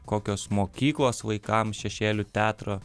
kokios mokyklos vaikams šešėlių teatro